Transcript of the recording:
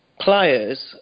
players